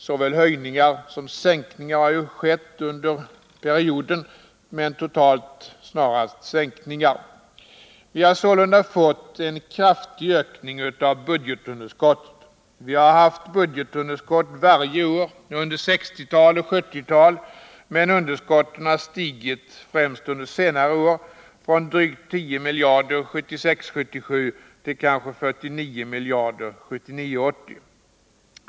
Såväl höjningar som sänkningar har ju skett under perioden, totalt snarast sänkningar. Vi har sålunda fått en kraftig ökning av budgetunderskottet. Vi har haft budgetunderskott varje år under 1960 och 1970-talet, men underskotten har stigit, främst under senare år, från drygt 10 miljarder under 1976 80.